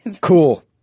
Cool